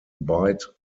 byte